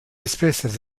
espèces